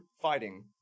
fighting